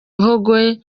gihogwe